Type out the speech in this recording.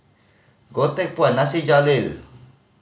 Goh Teck Phuan Nasir Jalil